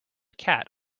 cat